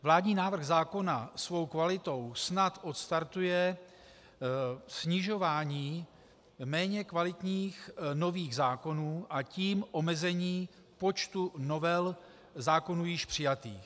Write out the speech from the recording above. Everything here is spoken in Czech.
Vládní návrh zákona svou kvalitou snad odstartuje snižování méně kvalitních nových zákonů, a tím omezení počtu novel zákonů již přijatých.